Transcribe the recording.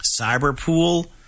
Cyberpool